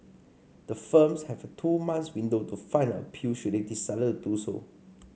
the firms have a two month window to file an appeal should they decide to do so